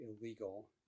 illegal